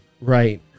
Right